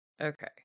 Okay